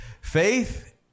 Faith